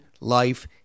life